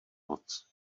moc